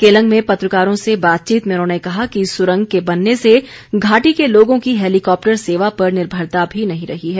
केलंग में पत्रकारों से बातचीत में उन्होंने कहा कि सुरंग के बनने से घाटी के लोगों की हैलीकॉप्टर सेवा पर निर्भरता भी नहीं रही है